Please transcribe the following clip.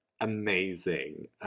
Amazing